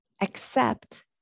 accept